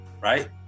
Right